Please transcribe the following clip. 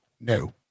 No